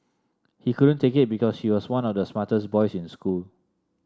he couldn't take it because he was one of the smartest boys in school